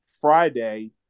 Friday